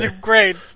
Great